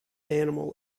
animal